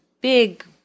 big